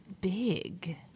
big